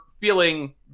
feeling